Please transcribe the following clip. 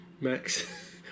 Max